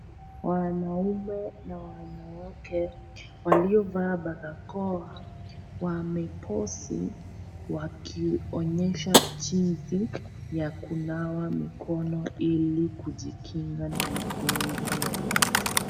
Wanaume na wanawake waliovaa barakoa wameposi wakionyesha jinsi ya kunawa mikono ili kujikinga na magojwa yoyote.